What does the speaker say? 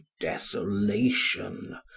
desolation